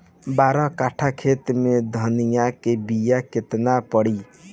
बारह कट्ठाखेत में धनिया के बीया केतना परी?